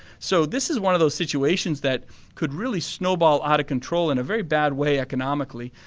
so this is one of those situations that could really snowball out of control in a very bad way economically.